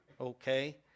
okay